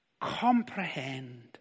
comprehend